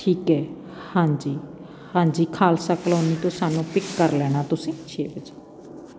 ਠੀਕ ਹੈ ਹਾਂਜੀ ਹਾਂਜੀ ਖ਼ਾਲਸਾ ਕਲੋਨੀ ਤੋਂ ਸਾਨੂੰ ਪਿੱਕ ਕਰ ਲੈਣਾ ਤੁਸੀਂ ਛੇ ਵਜੇ